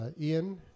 Ian